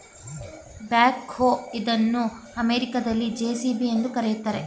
back ಹೋ ಇದನ್ನು ಅಮೆರಿಕದಲ್ಲಿ ಜೆ.ಸಿ.ಬಿ ಎಂದು ಕರಿತಾರೆ